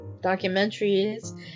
documentaries